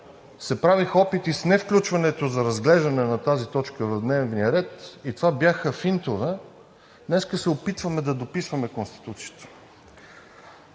се правеха опити с невключването за разглеждане на тази точка в дневния ред – това бяха финтове, днес се опитваме да дописваме Конституцията.